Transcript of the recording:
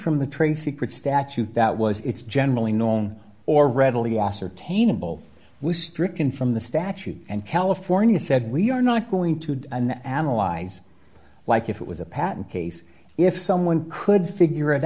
from the trade secret statute that was it's generally known or readily ascertainable was stricken from the statute and california said we are not going to do an analyzer like if it was a patent case if someone could figure it